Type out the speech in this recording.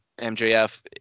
MJF